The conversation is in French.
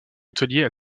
hôteliers